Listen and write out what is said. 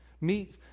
Meet